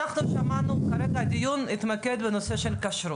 כרגע הדיון מתמקד בנושא של כשרות.